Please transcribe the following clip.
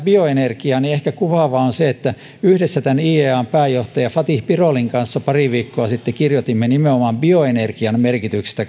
bioenergiaa niin ehkä kuvaavaa on se että yhdessä iean pääjohtaja fatih birolin kanssa pari viikkoa sitten kirjoitimme kansainvälisiin julkaisuihin nimenomaan bioenergian merkityksestä